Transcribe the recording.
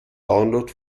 download